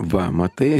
va matai